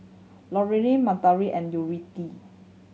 Lorayne Madalyn and Yuridia